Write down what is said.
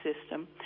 system